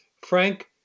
Frank